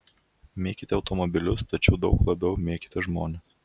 mėkite automobilius tačiau daug labiau mėkite žmones